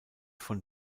von